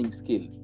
skill